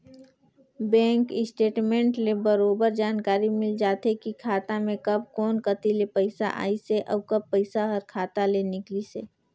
bank statement ले बरोबर जानकारी मिल जाथे की खाता मे कब कोन कति ले पइसा आइसे अउ कब पइसा हर खाता ले निकलिसे